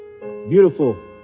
Beautiful